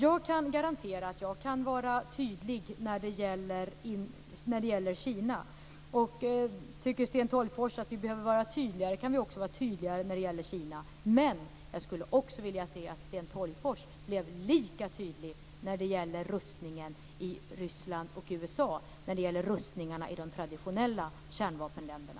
Jag kan garantera att jag kan vara tydlig när det gäller Kina. Tycker Sten Tolgfors att vi behöver vara tydligare, kan vi vara tydligare när det gäller Kina. Men jag skulle också vilja se att Sten Tolgfors blev lika tydlig när det gäller rustningen i Ryssland och i USA, de traditionella kärnvapenländerna.